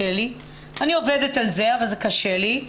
אני עובדת על זה אבל זה קשה לי.